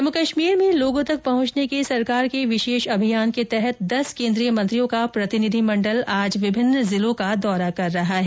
जम्मू कश्मीर में लोगों तक पहुंचने के सरकार के विशेष अभियान के तहत दस केन्द्रीय मंत्रियों का प्रतिनिधि मंडल आज विभिन्न जिलों का दौरा कर रहा है